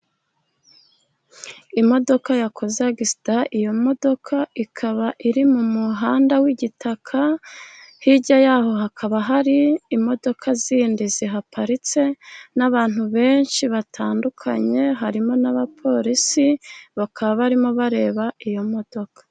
Imodoka yakoze agisida, iyo modoka ikaba iri mu muhanda w'igitaka, hirya yaho hakaba hari imodoka zindi zihaparitse n'abantu benshi batandukanye harimo n'abapolisi, bakaba barimo bareba iyo modoka.